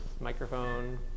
microphone